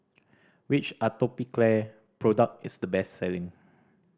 which Atopiclair product is the best selling